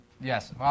Yes